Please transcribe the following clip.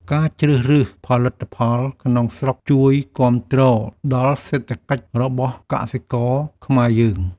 ការជ្រើសរើសផលិតផលក្នុងស្រុកជួយគាំទ្រដល់សេដ្ឋកិច្ចរបស់កសិករខ្មែរយើង។